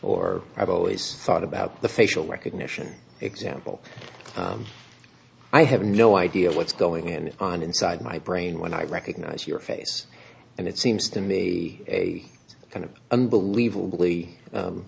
or i've always thought about the facial recognition example i have no idea what's going on inside my brain when i recognize your face and it seems to me a kind of unbelievably